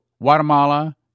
Guatemala